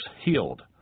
healed